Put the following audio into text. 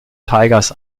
tigers